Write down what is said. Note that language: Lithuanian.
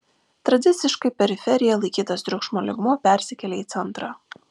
tradiciškai periferija laikytas triukšmo lygmuo persikelia į centrą